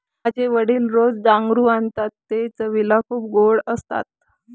माझे वडील रोज डांगरू आणतात ते चवीला खूप गोड असतात